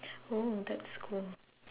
oh that's cool